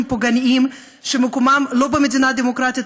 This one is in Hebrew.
פוגעניים שמקומם לא במדינה דמוקרטית,